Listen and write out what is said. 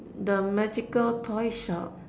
the magical toy shop